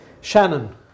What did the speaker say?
Shannon